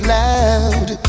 loud